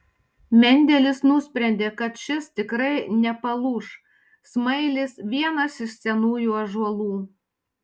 mendelis nusprendė kad šis tikrai nepalūš smailis vienas iš senųjų ąžuolų